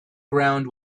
ground